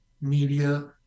media